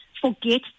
forget